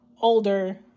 older